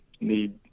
need